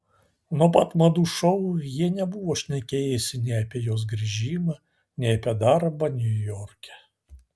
nuo pat madų šou jie nebuvo šnekėjęsi nei apie jos grįžimą nei apie darbą niujorke